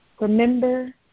remember